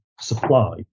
supply